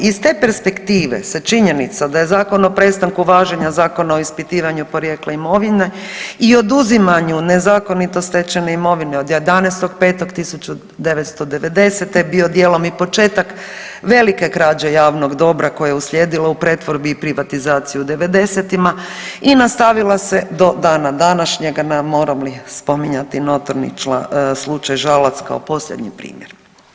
Iz te perspektive se činjenica da je Zakon o prestanku važenja Zakona o ispitivanju porijekla imovine i oduzimanju nezakonito stečene imovine od 11.5.1990. bio dijelom i početak velike krađe javnog dobra koje je uslijedilo u pretvorbi i privatizaciji u '90.-tima i nastavila se do dana današnjega na moram li spominjati notorni slučaj Žalac kao posljednji primjer.